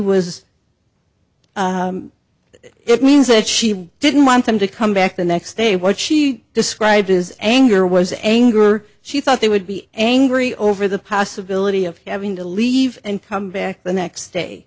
was it means that she didn't want them to come back the next day what she described as anger was anger she thought they would be angry over the possibility of having to leave and come back the next day